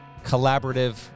collaborative